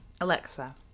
Alexa